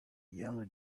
yellow